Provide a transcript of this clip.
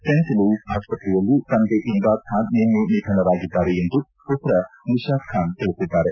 scent Louis ಆಸ್ವತ್ರೆಯಲ್ಲಿ ತಂದೆ ಇಮ್ರಾತ್ಖಾನ್ ನಿನ್ನೆ ನಿಧನರಾಗಿದ್ದಾರೆ ಎಂದು ಪುತ್ರ ನಿಶಾತ್ ಖಾನ್ ತಿಳಿಸಿದ್ದಾರೆ